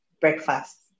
breakfast